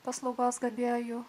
paslaugos gavėjo jų